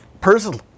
personally